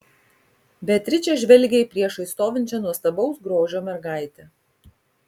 beatričė žvelgė į priešais stovinčią nuostabaus grožio mergaitę